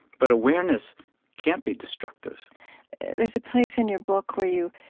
but awareness can't be destructive there's a place in your book where you